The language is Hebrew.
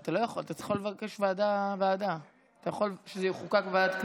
אתה לא יכול, אתה יכול לבקש ועדה ועדה.